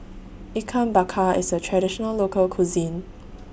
Ikan Bakar IS A Traditional Local Cuisine